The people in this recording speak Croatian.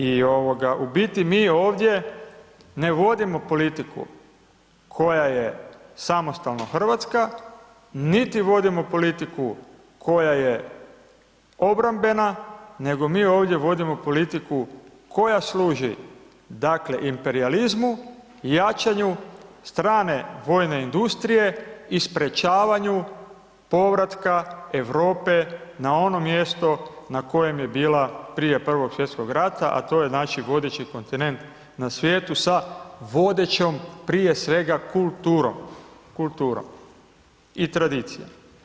I u biti mi ovdje ne vodimo politiku koja je samostalno hrvatska, niti vodimo politiku koja je obrambena, nego mi ovdje vodimo politiku koja služi, dakle, imperijalizmu i jačanju strane vojne industrije i sprječavanju povratka Europe na ono mjesto na kojem je bila prije Prvog svjetskog rata, a to je, znači, vodeći kontinent na svijetu sa vodećom, prije svega, kulturom i tradicija.